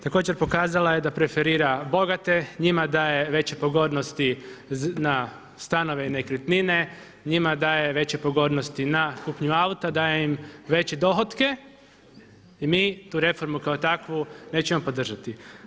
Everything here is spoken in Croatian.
Također, pokazala je da preferira bogate, njima daje veće pogodnosti na stanove i nekretnine, njima daje veće pogodnosti na kupnju auta, daje im veće dohotke i mi tu reformu kao takvu nećemo podržati.